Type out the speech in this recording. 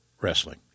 wrestling